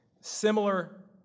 Similar